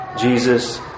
Jesus